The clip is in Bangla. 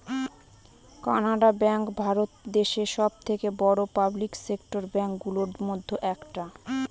কানাড়া ব্যাঙ্ক ভারত দেশে সব থেকে বড়ো পাবলিক সেক্টর ব্যাঙ্ক গুলোর মধ্যে একটা